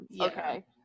Okay